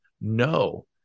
no